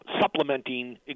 Supplementing